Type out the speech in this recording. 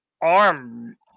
Arm